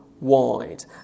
wide